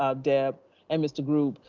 ah deb and mr. grube,